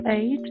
age